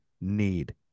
need